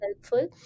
helpful